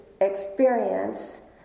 experience